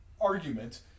argument